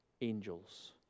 angels